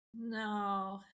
No